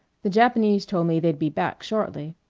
the japanese told me they'd be back shortly.